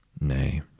Nay